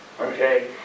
okay